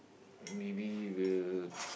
maybe will